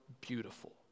beautiful